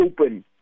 open